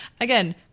Again